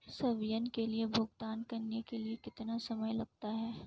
स्वयं के लिए भुगतान करने में कितना समय लगता है?